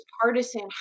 partisan